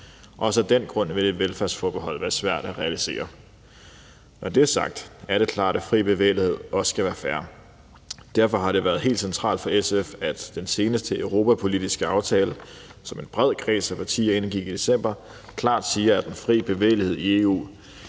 Også af den grund vil et velfærdsforbehold være svært at realisere. Når det er sagt, er det klart, at fri bevægelighed også skal være fair. Derfor har det været helt centralt for SF, at den seneste europapolitiske aftale, som en bred kreds af partier indgik i december, klart siger, at den fri bevægelighed i EU